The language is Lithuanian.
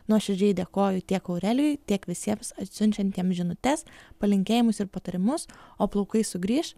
nuoširdžiai dėkoju tiek aurelijui tiek visiems atsiunčiantiem žinutes palinkėjimus ir patarimus o plaukai sugrįš